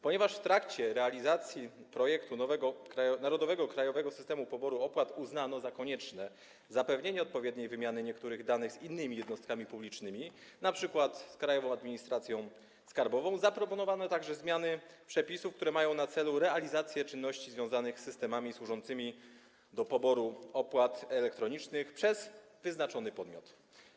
Ponieważ w trakcie realizacji projektu nowego Krajowego Systemu Poboru Opłat uznano za konieczne zapewnienie odpowiedniej wymiany niektórych danych z innymi jednostkami publicznymi, np. z Krajową Administracją Skarbową, zaproponowano także zmiany przepisów, które mają na celu realizację czynności związanych z systemami służącymi do poboru opłat elektronicznych przez wyznaczony podmiot.